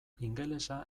ingelesa